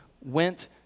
went